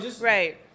Right